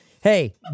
Hey